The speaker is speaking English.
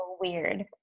weird